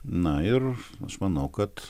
na ir aš manau kad